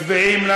מצביעים.